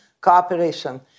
cooperation